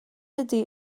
ydy